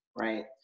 right